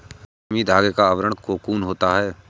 रेशमी धागे का आवरण कोकून होता है